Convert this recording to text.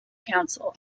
council